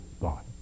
God